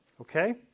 Okay